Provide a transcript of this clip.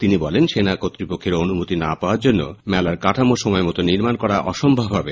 তিনি বলেন সেনা কর্তৃপক্ষের অনুমতি না পাওয়ার জন্য মেলার কাঠামো সময়মতো নির্মাণ করা অসম্ভব হবে